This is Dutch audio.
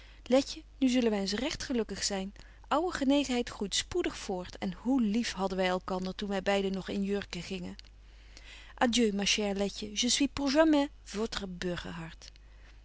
letje nu zullen wy eens recht gelukkig zyn ouwe genegenheid groeit spoedig voort en hoe lief hadden wy elkander toen wy beiden nog in jurken gingen adieu ma chere letje je suis